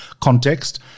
context